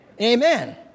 Amen